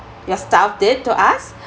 your staff did to us